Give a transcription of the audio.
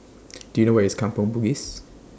Do YOU know Where IS Kampong Bugis